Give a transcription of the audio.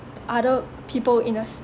other people in a s~